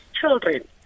children